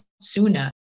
sooner